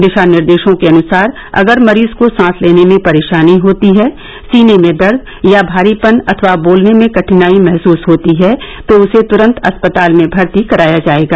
दिशानिर्देशों के अनुसार अगर मरीज को सांस लेने में परेशानी होती है सीने में दर्द या भारीपन अथवा बोलने में कठिनाई महसुस होती है तो उसे तुरन्त अस्पताल में भर्ती कराया जाएगा